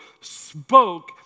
spoke